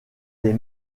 des